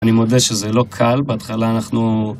אני מודה שזה לא קל, בהתחלה אנחנו...